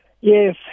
Yes